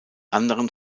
anderen